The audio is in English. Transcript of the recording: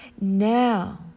Now